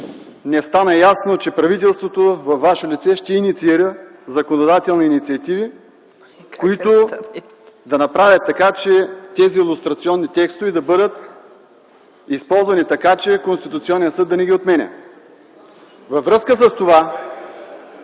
Не стана ясно, че правителството във Ваше лице ще инициира законодателни инициативи, които да направят така, че тези лустрационни текстове да бъдат използвани така, че Конституционният съд да не ги отменя. (Реплики от